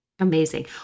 Amazing